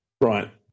Right